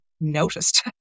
noticed